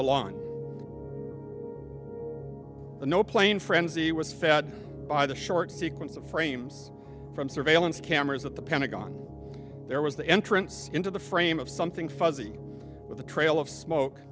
the lawn the no plane frenzy was fed by the short sequence of frames from surveillance cameras at the pentagon there was the entrance into the frame of something fuzzy with a trail of smoke